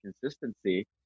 consistency